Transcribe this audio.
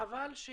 חבל ש